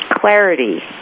clarity